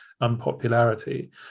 unpopularity